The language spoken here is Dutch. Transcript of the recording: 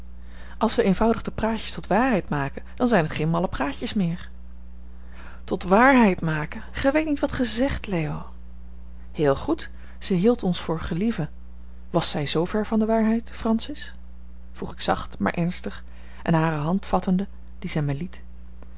als wij eenvoudig de praatjes tot waarheid maken dan zijn het geen malle praatjes meer tot waarheid maken gij weet niet wat gij zegt leo heel goed zij hield ons voor gelieven was zij zoover van de waarheid francis vroeg ik zacht maar ernstig en hare hand vattende die zij mij liet